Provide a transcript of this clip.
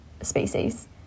species